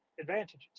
advantages